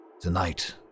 Tonight